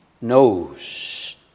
knows